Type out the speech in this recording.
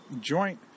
joint